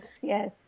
yes